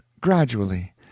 gradually